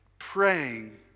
Praying